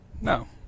No